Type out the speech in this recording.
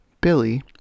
Billy